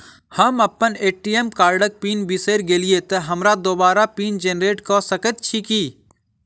हम अप्पन ए.टी.एम कार्डक पिन बिसैर गेलियै तऽ हमरा दोबारा पिन जेनरेट कऽ सकैत छी की?